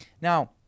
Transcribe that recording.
Now